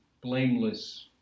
blameless